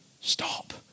stop